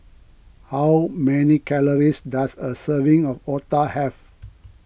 how many calories does a serving of Otah have